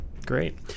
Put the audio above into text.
Great